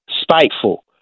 spiteful